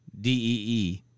D-E-E